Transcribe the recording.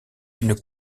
une